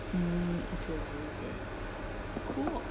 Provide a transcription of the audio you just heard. mm okay okay okay cool